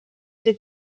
des